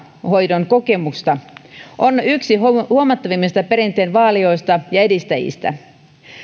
hoidon kokemusta on yksi huomattavimmista perinteen vaalijoista ja edistäjistä